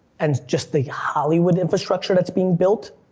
and just the hollywood infrastructure that's being built,